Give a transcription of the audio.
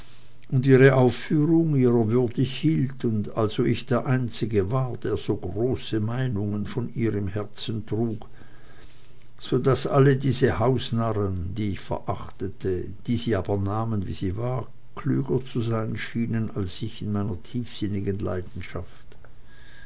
und ihre aufführung ihrer würdig hielt und also ich der einzige war der so große meinungen von ihr im herzen trug so daß alle diese hansnarren die ich verachtete die sie aber nahmen wie sie war klüger zu sein schienen als ich in meiner tiefsinnigen leidenschaft